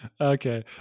Okay